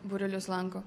būrelius lanko